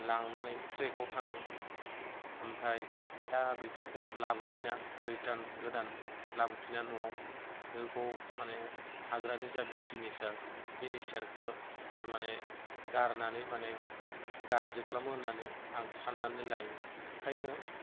लांनानै ट्रिपआव थाङो ओमफ्राय दा बेफोरखौ लाबोफिना ओरै रिटार्न लाबोफिना न'आव बेफोरखौ माने हाग्रानि जा बिउटि नेचार बे नेचारखौ टारमाने गारनानै माने गाज्रि खालामो होननानै आं साननानै लायो ओंखायनो